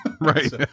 Right